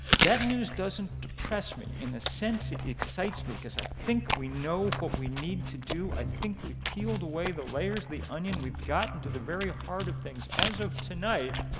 that news doesn't depress me. in a sense it excites me, because i think we know what we need to do. i think we've peeled away the layers of the onion. we've got to the very heart of things. as of tonight,